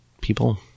people